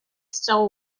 still